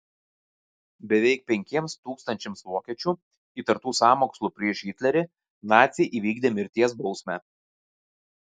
beveik penkiems tūkstančiams vokiečių įtartų sąmokslu prieš hitlerį naciai įvykdė mirties bausmę